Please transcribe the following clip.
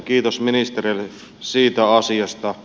kiitos ministereille siitä asiasta